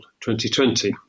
2020